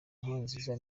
nkurunziza